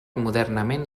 modernament